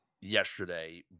Yesterday